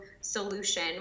solution